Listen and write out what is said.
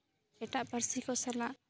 ᱮᱴᱟᱜ ᱯᱟᱹᱨᱥᱤ ᱠᱚ ᱥᱟᱞᱟᱜ